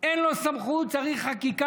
אין לו סמכות, צריך חקיקה.